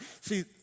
See